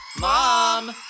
Mom